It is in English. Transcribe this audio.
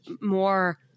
more